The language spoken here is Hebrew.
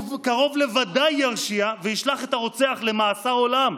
הוא קרוב לוודאי ירשיע וישלח את הרוצח למאסר עולם,